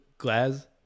glass